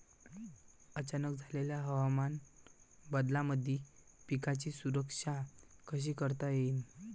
अचानक झालेल्या हवामान बदलामंदी पिकाची सुरक्षा कशी करता येईन?